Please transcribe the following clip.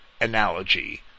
analogy